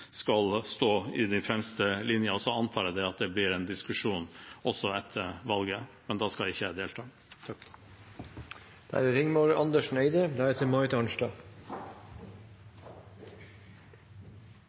skal stå i den fremste linjen. Jeg antar at det blir en diskusjon også etter valget, men da skal ikke jeg delta. Motstanden mot petroleumsaktivitet i områdene utenfor Lofoten, Vesterålen og Senja har skapt et stort folkelig engasjement, og det er